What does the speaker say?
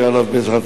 בעזרת השם,